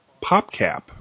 PopCap